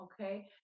okay